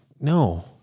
no